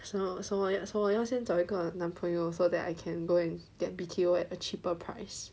什么什么我要先找一个男朋友 so that I can go and get B_T_O at a cheaper price